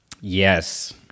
yes